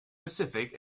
pacific